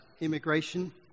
immigration